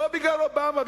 לא בגלל אובמה.